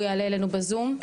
הוא יעלה אלינו בזום,